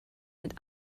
mit